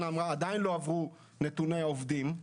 אמרה עדיין לא עברו נתוני העובדים,